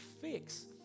fix